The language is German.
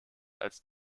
als